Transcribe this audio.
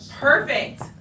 Perfect